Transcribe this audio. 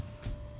um